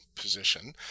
position